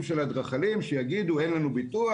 של האדריכלים שיגידו: אין לנו ביטוח,